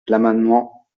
l’amendement